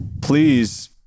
please